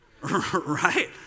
right